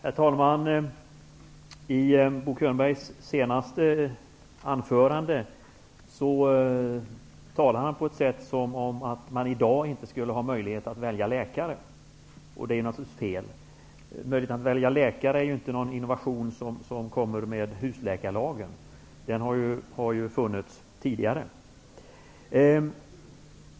Herr talman! I Bo Könbergs senaste anförande talade han som om man i dag inte skulle ha möjlighet att välja läkare. Det är naturligtvis fel. Möjligheten att välja läkare är inte någon innovation som kommer med husläkarlagen. Den har funnits tidigare.